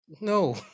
No